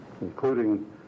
including